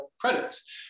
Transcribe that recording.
credits